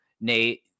Nate